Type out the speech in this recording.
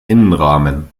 innenrahmen